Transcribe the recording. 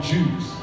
Jews